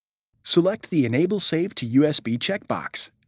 select the enable save to usb check box.